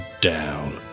down